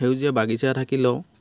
সেউজীয়া বাগিচা থাকিলেও